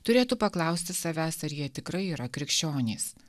turėtų paklausti savęs ar jie tikrai yra krikščionys